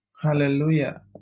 hallelujah